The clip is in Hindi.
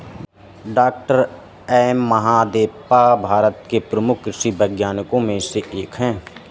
डॉक्टर एम महादेवप्पा भारत के प्रमुख कृषि वैज्ञानिकों में से एक हैं